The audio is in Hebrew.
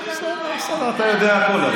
בסדר, אתה יודע הכול.